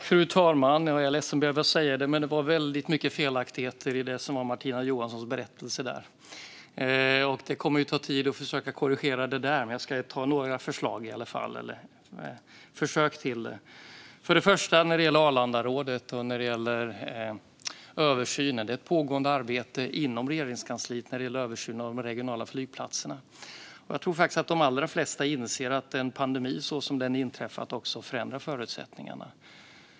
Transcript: Fru talman! Jag är ledsen att behöva säga det, men det var väldigt många felaktigheter i Martina Johanssons berättelse. Det kommer att ta tid att korrigera dem, men jag ska göra några försök. När det gäller Arlandarådet och översynen är det ett pågående arbete inom Regeringskansliet när det gäller översynen av de regionala flygplatserna. Jag tror faktiskt att de allra flesta inser att en pandemi som den som inträffat förändrar förutsättningarna.